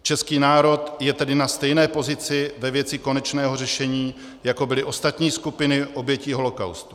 Český národ je tedy na stejné pozici ve věci konečného řešení, jako byly ostatní skupiny obětí holocaustu.